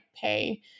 pay